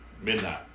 midnight